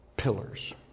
pillars